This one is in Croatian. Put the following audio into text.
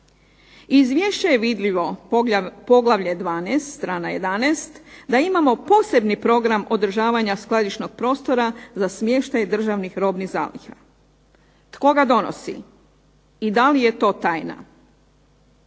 Izvješća je vidljivo poglavlje XII strana 11. da imamo posebni program održavanja skladišnog prostora za smještaj državnih robnih zaliha. Tko ga donosi i da li je to tajna?